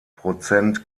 prozent